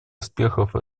успехов